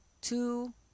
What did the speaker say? two